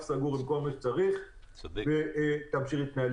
סגור עם כל מה שצריך היא יכולה להמשיך להתנהל.